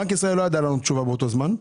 בנק ישראל לא ידע לענות תשובה באותו זמן.